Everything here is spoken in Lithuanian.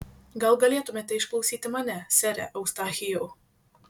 gal galėtumėte išklausyti mane sere eustachijau